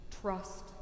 trust